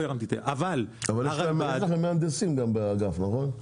יש לכם מהנדסים באגף, נכון?